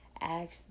Ask